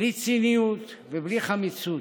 בלי ציניות ובלי חמיצות,